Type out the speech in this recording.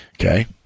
Okay